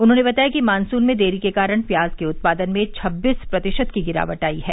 उन्होंने बताया कि मानसून में देरी के कारण प्याज के उत्पादन में छब्बीस प्रतिशत की गिरावट आई है